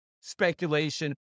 speculation